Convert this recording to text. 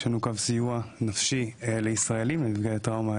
יש לנו קו סיוע נפשי לישראלים ונפגעי טראומה